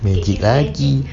magic lagi